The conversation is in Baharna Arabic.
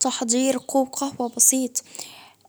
تحضير كوب قهوة بسيط.